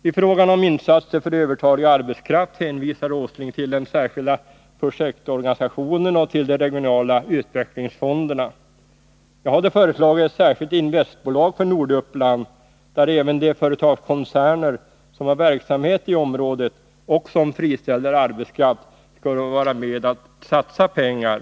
I fråga om insatser för övertalig arbetskraft hänvisar Nils Åsling till den särskilda projektorganisationen och till de regionala utvecklingsfonderna. Jag hade föreslagit ett särskilt investbolag för Norduppland, där även de företagskoncerner som har verksamhet i området och som friställer arbetskraft skulle vara med om att satsa pengar.